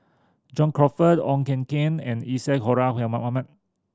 John Crawfurd Koh Eng Kian and Isadhora Mohamed